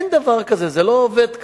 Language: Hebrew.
אין דבר כזה, זה לא עובד כך.